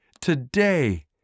today